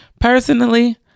Personally